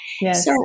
Yes